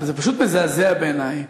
וזה פשוט מזעזע בעיני.